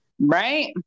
Right